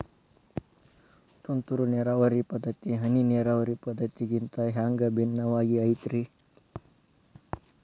ತುಂತುರು ನೇರಾವರಿ ಪದ್ಧತಿ, ಹನಿ ನೇರಾವರಿ ಪದ್ಧತಿಗಿಂತ ಹ್ಯಾಂಗ ಭಿನ್ನವಾಗಿ ಐತ್ರಿ?